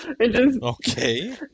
Okay